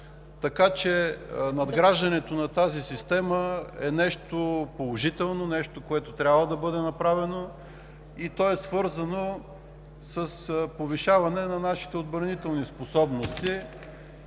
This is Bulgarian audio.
сфера. Надграждането на тази система е нещо положително, нещо, което трябва да бъде направено, и то е свързано с повишаване на нашите отбранителни способности,